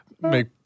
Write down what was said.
Make